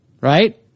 right